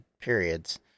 periods